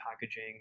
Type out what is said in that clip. packaging